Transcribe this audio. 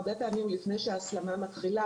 הרבה פעמים לפני שההסלמה מתחילה,